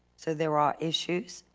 so there are issues,